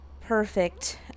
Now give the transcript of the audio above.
perfect